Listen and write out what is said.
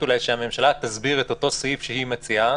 שהממשלה תסביר את אותו סעיף שהיא מציעה,